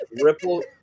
Ripple